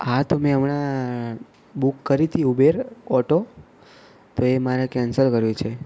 હા તો મેં હમણાં બુક કરી હતી ઉબેર ઓટો તો એ મારે કેન્સલ કરવી છે